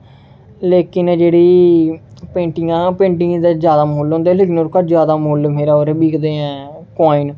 लेकिन जेह्ड़ी पेंटिंग दा पेंटिंग दा जादा मु'ल्ल होंदा ऐ लेकिन मेरे जादा मु'ल्ल ओह्दे बिकदे ऐ काॅइन